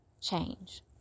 change